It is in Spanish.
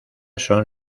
son